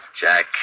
Jack